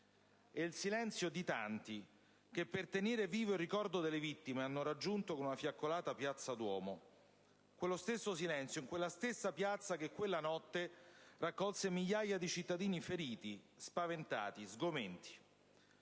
é il silenzio di tanti che per tenere vivo il ricordo delle vittime hanno raggiunto con una fiaccolata piazza Duomo; quello stesso silenzio in quella stessa piazza che quella notte accolse migliaia di cittadini feriti, spaventati, sgomenti.